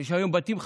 יש היום בתים חכמים.